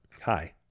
Hi